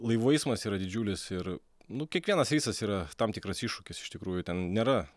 laivų eismas yra didžiulis ir nu kiekvienas reisas yra tam tikras iššūkis iš tikrųjų ten nėra